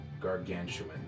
gargantuan